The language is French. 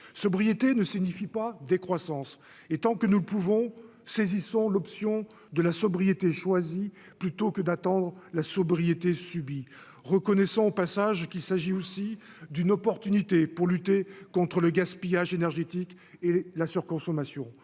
sobriété ne signifie pas décroissance et tant que nous le pouvons, saisissons l'option de la sobriété choisie plutôt que d'attendre la sobriété subit, reconnaissant au passage qu'il s'agit aussi d'une opportunité pour lutter contre le gaspillage énergétique et la surconsommation,